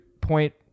Point